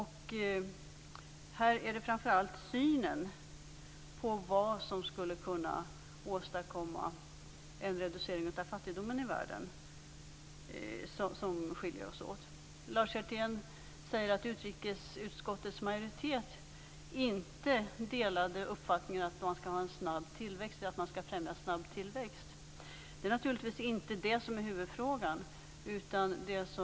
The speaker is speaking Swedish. Här är det framför allt synen på vad som skulle kunna åstadkomma en reducering av fattigdomen i världen som skiljer oss åt. Lars Hjertén säger att utrikesutskottets majoritet inte delar uppfattningen att man skall främja en snabb tillväxt. Det är naturligtvis inte det som är huvudfrågan.